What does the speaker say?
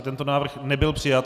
Tento návrh nebyl přijat.